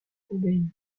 hubei